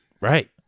Right